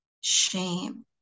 shame